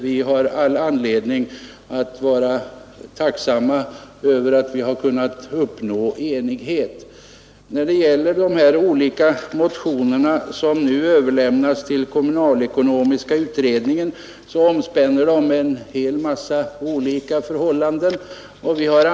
Vi har all anledning att vara tacksamma över att vi kunnat uppnå enighet vid behandlingen av förslaget på denna punkt. De olika motioner som nu överlämnas till kommunalekonomiska utredningen omspänner en hel massa olika förhållanden.